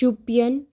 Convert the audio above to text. Shopian